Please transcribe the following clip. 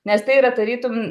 nes tai yra tarytum